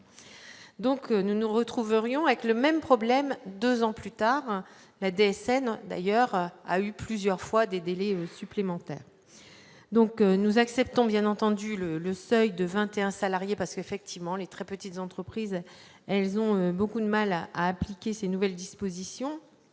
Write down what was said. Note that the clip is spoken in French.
nous nous retrouverions avec le même problème, 2 ans plus tard, des scènes d'ailleurs a eu plusieurs fois des délais supplémentaires, donc nous acceptons bien entendu le le seuil de 21 salariés parce qu'effectivement, les très petites entreprises, ils ont beaucoup de mal à appliquer ces nouvelles dispositions